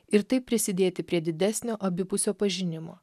ir taip prisidėti prie didesnio abipusio pažinimo